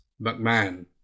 mcmahon